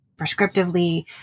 prescriptively